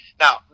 Now